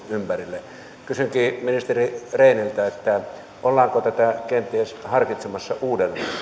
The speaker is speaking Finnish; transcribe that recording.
ympärille kysynkin ministeri rehniltä ollaanko tätä linjausta kenties harkitsemassa uudelleen